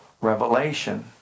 revelation